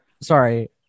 sorry